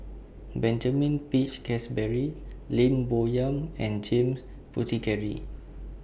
Benjamin Peach Keasberry Lim Bo Yam and James Puthucheary